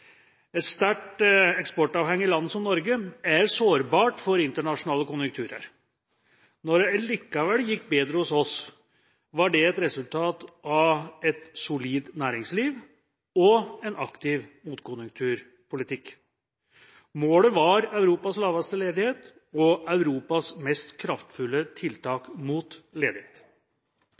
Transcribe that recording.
Et sterkt eksportavhengig land som Norge er sårbart for internasjonale konjunkturer. Når det allikevel gikk bedre hos oss var det et resultat av et solid næringsliv og en aktiv motkonjunkturpolitikk. Målet var Europas laveste ledighet og Europas mest kraftfulle tiltak mot ledighet.